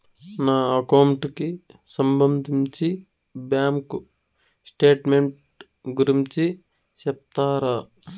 నా అకౌంట్ కి సంబంధించి బ్యాంకు స్టేట్మెంట్ గురించి సెప్తారా